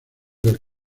del